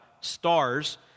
stars